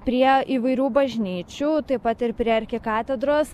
prie įvairių bažnyčių taip pat ir prie arkikatedros